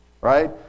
Right